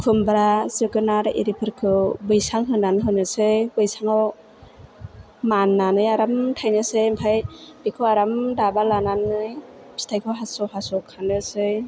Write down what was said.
खुमब्रा जोगोनार एरिफोरखौ बैसां होनानै होनोसै बैसाङाव माननानै आराम थायनोसै ओमफ्राय बेखौ आराम दाबा लानानै फिथाइखौ हास' हास' खानोसै